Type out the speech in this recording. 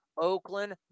Oakland